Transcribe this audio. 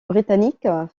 britanniques